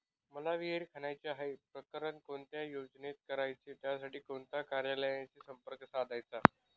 मला विहिर खणायची आहे, प्रकरण कोणत्या योजनेत करायचे त्यासाठी कोणत्या कार्यालयाशी संपर्क साधायचा?